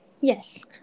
yes